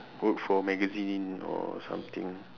work for magazine or something